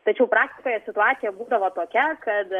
tačiau praktikoje situacija būdavo tokia kad